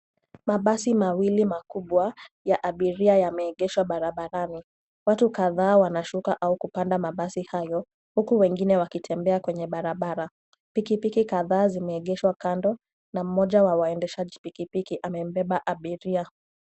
Mabasi mawili makubwa ya abiria yameegeshwa barabarani. Watu kadhaa wanashuka au kupanda mabasi hayo huku wengine wakitembea kwenye barabara. Pikipiki kadhaa zimeegeshwa kando na mmoja wa waendeshaji pikipiki amembeba abiria.